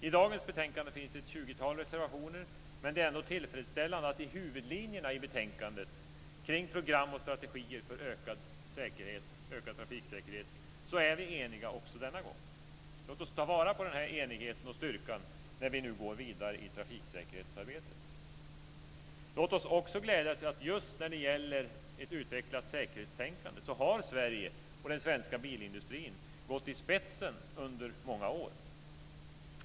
I dagens betänkande finns ett tjugotal reservationer, men det är ändå tillfredsställande att vi i huvudlinjerna är eniga också denna gång kring program och strategier för ökad trafiksäkerhet. Låt oss ta vara på denna enighet och styrka när vi nu går vidare i trafiksäkerhetsarbetet. Låt oss också glädjas åt att just när det gäller ett utvecklat säkerhetstänkande har Sverige och den svenska bilindustrin gått i spetsen under många år.